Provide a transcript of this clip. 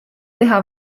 teha